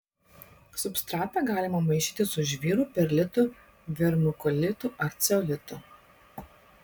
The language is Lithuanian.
substratą galima maišyti su žvyru perlitu vermikulitu ar ceolitu